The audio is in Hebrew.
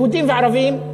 יהודים וערבים,